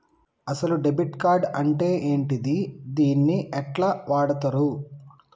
అసలు debit card అంటే ఏంటిది? దీన్ని ఎట్ల వాడుతరు?